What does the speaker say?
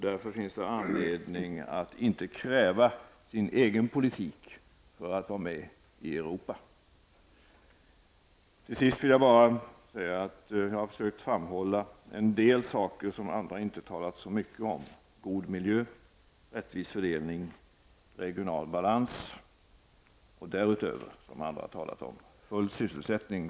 Därför finns det anledning att inte kräva sin egen politik för att vara med i Till sist vill jag bara säga att jag har försökt framhålla en del saker som andra inte har talat så mycket om -- god miljö, rättvis fördelning och regional balans. Dessutom har jag, liksom andra, talat om full sysselsättning.